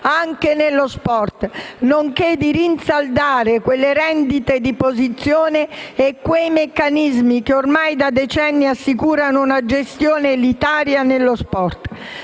anche nello sport, nonché di rinsaldare quelle rendite di posizione e quei meccanismi che ormai da decenni assicurano una gestione elitaria dello sport.